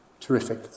terrific